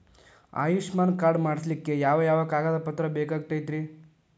Ayushman card ಮಾಡ್ಸ್ಲಿಕ್ಕೆ ಯಾವ ಯಾವ ಕಾಗದ ಪತ್ರ ಬೇಕಾಗತೈತ್ರಿ?